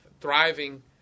thriving